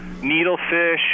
needlefish